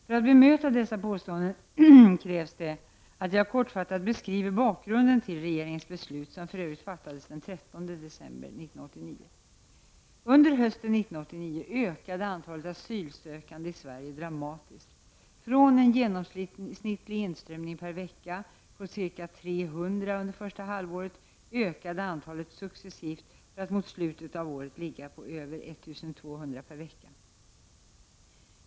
För att bemöta dessa påståenden krävs det att jag kortfattat beskriver bakgrunden till regeringens beslut, som för övrigt fattades den 13 december 1989. Under hösten 1989 ökade antalet asylsökande i Sverige dramatiskt. Från en genomsnittlig inströmning per vecka på ca 300 under första halvåret, ökade antalet successivt för att mot slutet av året ligga på över 1 200 per vecka.